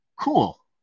cool